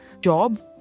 job